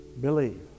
believe